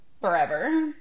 forever